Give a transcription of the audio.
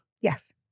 Yes